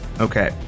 Okay